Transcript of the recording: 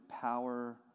power